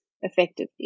effectively